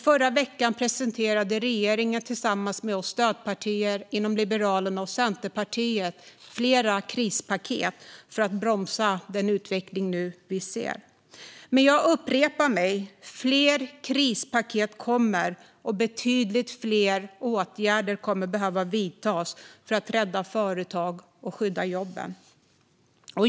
Förra veckan presenterade regeringen tillsammans med oss stödpartier, Liberalerna och Centerpartiet, flera krispaket för att bromsa den utveckling vi nu ser. Men jag upprepar: Fler krispaket kommer, och betydligt fler åtgärder kommer att behöva vidtas för att rädda företag och skydda jobben.